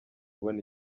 ubona